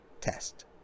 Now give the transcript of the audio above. test